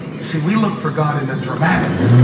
so we look for god in the dramatic,